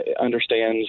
understands